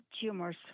tumors